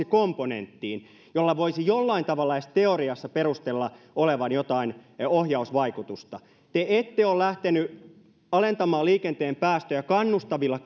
komponenttiin jolla voisi jollain tavalla edes teoriassa perustella olevan jotain ohjausvaikutusta te ette ole lähteneet alentamaan liikenteen päästöjä kannustavilla